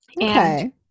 Okay